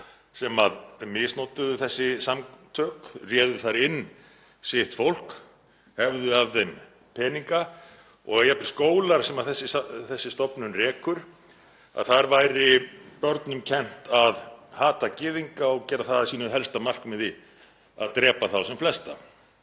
sem misnotuðu þessi samtök, réðu þar inn sitt fólk, hefðu af þeim peninga og jafnvel að í skólum sem þessi stofnun rekur væri börnum kennt að hata gyðinga og gera það að sínu helsta markmiði að drepa þá sem flesta.